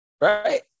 Right